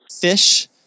Fish